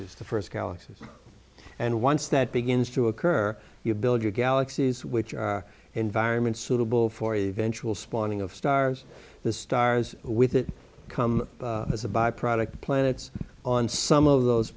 es to first galaxies and once that begins to occur you build your galaxies which are environments suitable for eventual spawning of stars the stars with it come as a byproduct the planets on some of those